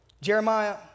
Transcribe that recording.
Jeremiah